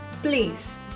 Please